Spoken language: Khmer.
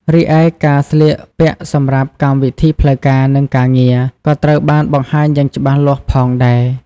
រីឯការស្លៀកពាក់សម្រាប់កម្មវិធីផ្លូវការ និងការងារ ក៏ត្រូវបានបង្ហាញយ៉ាងច្បាស់លាស់ផងដែរ។